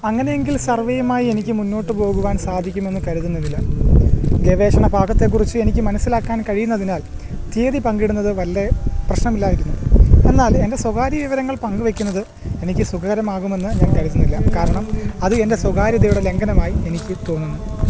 അങ്ങനെ എങ്കിൽ സർവേയുമായി എനിക്ക് മുന്നോട്ടു പോകുവാൻ സാധിക്കുമെന്ന് കരുതുന്നില്ല ഗവേഷണ ഭാഗത്തെക്കുറിച്ച് എനിക്ക് മനസ്സിലാക്കാൻ കഴിയുന്നതിനാൽ തീയതി പങ്കിടുന്നത് വലിയ പ്രശ്നമില്ലായിരുന്നു എന്നാൽ എന്റെ സ്വകാര്യ വിവരങ്ങൾ പങ്ക് വെക്കുന്നത് എനിക്ക് സുഖകരമാകുമെന്ന് ഞാൻ കരുതുന്നില്ല കാരണം അത് എന്റെ സ്വകാര്യതയുടെ ലംഘനമായി എനിക്ക് തോന്നുന്നു